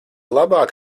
labāk